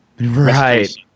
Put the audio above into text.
right